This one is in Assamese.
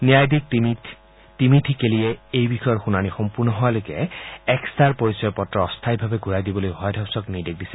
ন্যায়াধীশ তিমথি কেলিয়ে এই বিষয়ৰ শুনানি সম্পূৰ্ণ হোৱালৈকে এক'ষ্টাৰ পৰিচয় পত্ৰ অস্থায়ীভাৱে ঘূৰাই দিবলৈ হোৱাইট হাউছক নিৰ্দেশ দিছে